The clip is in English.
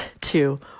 two